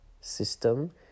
system